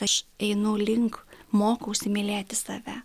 aš einu link mokausi mylėti save